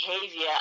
behavior